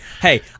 hey